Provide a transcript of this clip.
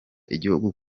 igihugu